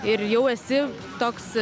ir jau esi toks